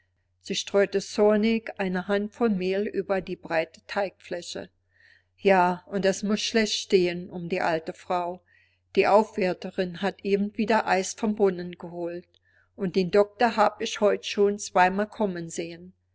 sie streute zornig eine handvoll mehl über die breite teigfläche ja und es muß schlecht stehen um die alte frau die aufwärterin hat eben wieder eis vom brunnen geholt und den doktor hab ich heute schon zweimal kommen sehen